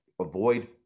avoid